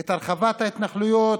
את הרחבת ההתנחלויות,